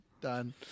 done